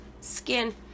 skin